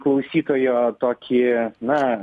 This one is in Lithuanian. klausytojo tokį na